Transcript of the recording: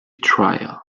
trial